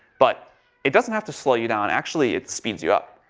but it doesn't have to slow you down. actually, it speeds you up.